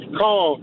call